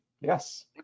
Yes